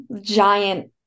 giant